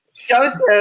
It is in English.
Joseph